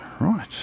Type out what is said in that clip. right